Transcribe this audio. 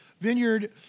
vineyard